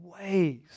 ways